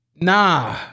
nah